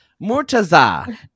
Murtaza